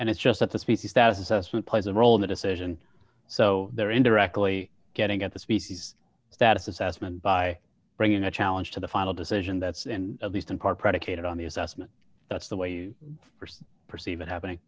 and it's just that the species that assessment plays a role in the decision so they're indirectly getting at the species status assessment by bringing a challenge to the final decision that's in at least in part press kate on the assessment that's the way you perceive perceive it happening